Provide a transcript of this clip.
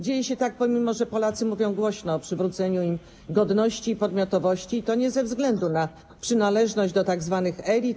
Dzieje się tak, mimo że Polacy mówią głośno o przywróceniu im godności i podmiotowości, i to nie ze względu na przynależność do tzw. elit.